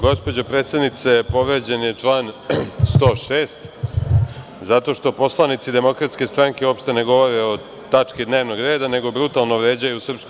Gospođo predsednice, povređen je član 106. zato što poslanici DS uopšte ne govore o tački dnevnog reda, nego brutalno vređaju SNS.